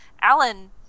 alan